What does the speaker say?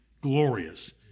glorious